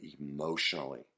emotionally